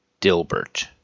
Dilbert